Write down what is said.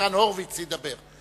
ניצן הורוביץ ידבר,